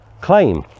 claim